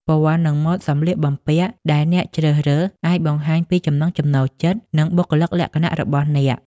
ពណ៌ និងម៉ូដសម្លៀកបំពាក់ដែលអ្នកជ្រើសរើស អាចបង្ហាញពីចំណង់ចំណូលចិត្ត និងបុគ្គលិកលក្ខណៈរបស់អ្នក។